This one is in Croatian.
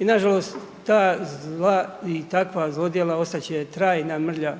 I nažalost, ta i takva zlodjela ostat će trajna mrlja